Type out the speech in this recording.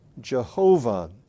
Jehovah